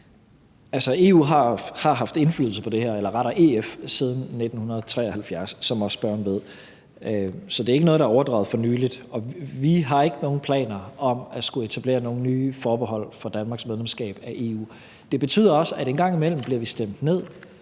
ved, haft indflydelse på det her siden 1973, så det er ikke noget, der er overdraget for nylig, og vi har ikke nogen planer om at skulle etablere nogen nye forbehold for Danmarks medlemskab af EU. Det betyder også, at en gang imellem bliver vi stemt ned,